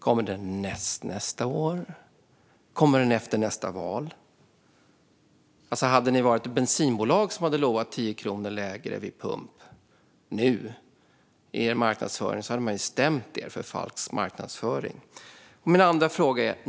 Kommer den nästnästa år? Kommer den efter nästa val? Om ni hade varit ett bensinbolag som hade lovat 10 kronor lägre vid pump i er marknadsföring hade man stämt er för falsk marknadsföring. Jag har även en andra fråga.